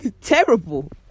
terrible